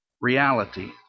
reality